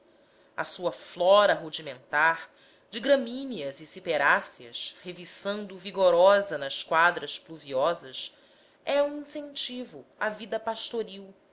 a sua flora rudimentar de gramíneas e ciperáceas reviçando vigorosa nas quadras pluviosas é um incentivo à vida pastoril